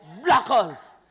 Blockers